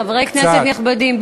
חברי כנסת נכבדים,